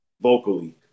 vocally